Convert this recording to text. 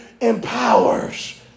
empowers